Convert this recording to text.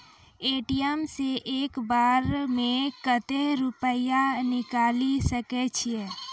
ATM सऽ एक बार म कत्तेक रुपिया निकालि सकै छियै?